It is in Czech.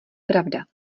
pravda